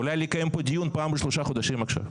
אולי לקיים פה דיון פעם בשלושה חודשים עכשיו.